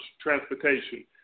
transportation